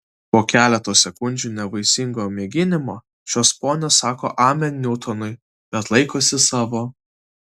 po keleto sekundžių nevaisingo mėginimo šios ponios sako amen niutonui bet laikosi savo